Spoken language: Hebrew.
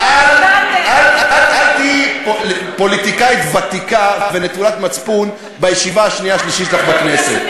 אל תהיי פוליטיקאית ותיקה ונטולת מצפון בישיבה השנייה-שלישית שלך בכנסת.